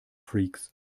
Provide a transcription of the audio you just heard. freaks